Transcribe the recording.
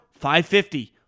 550